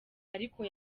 ariko